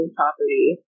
property